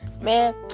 Man